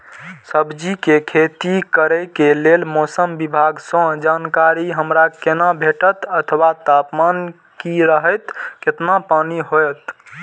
सब्जीके खेती करे के लेल मौसम विभाग सँ जानकारी हमरा केना भेटैत अथवा तापमान की रहैत केतना पानी होयत?